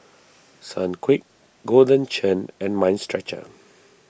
Sunquick Golden Churn and Mind Stretcher